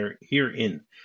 herein